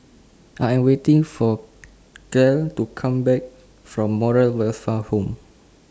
I Am waiting For Clell to Come Back from Moral Welfare Home